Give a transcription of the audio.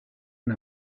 and